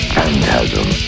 Phantasm